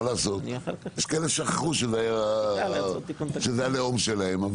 יש כאלה שכחו שזה הלאום שלהם.